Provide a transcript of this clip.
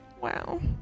Wow